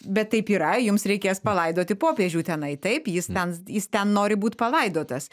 bet taip yra jums reikės palaidoti popiežių tenai taip jis ten jis ten nori būt palaidotas